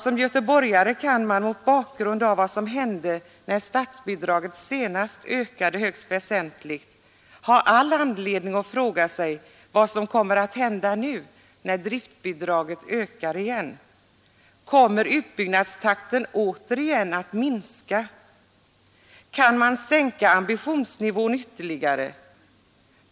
Som göteborgare kan man, mot bakgrund av vad som hände när statsbidraget senast ökade högst väsentligt, ha all anledning att ifrågasätta vad som kommer att hända nu när driftbidraget ökar igen. Kommer utbyggnadstakten återigen att minska? Kan man sänka ambitionsnivån ytterligare?